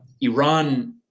Iran